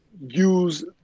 use